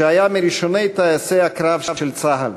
שהיה מראשוני טייסי הקרב של צה"ל.